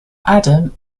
adam